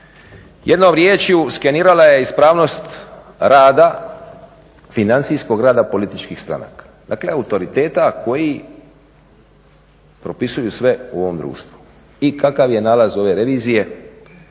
Jednom riječju skenirala je ispravnost rada, financijskog rada političkih stranaka. Dakle, autoriteta koji propisuju sve u ovom društvu i kakav je nalaz ove revizije